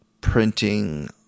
printing